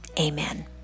amen